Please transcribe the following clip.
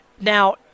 Now